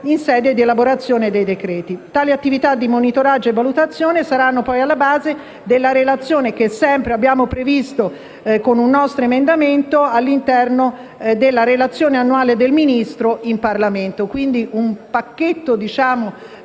in sede di elaborazione dei decreti. Tali attività di monitoraggio e valutazione saranno poi alla base della relazione, sempre prevista con un nostro emendamento, all'interno della relazione annuale del Ministro in Parlamento. Un pacchetto orientato